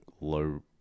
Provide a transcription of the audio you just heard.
low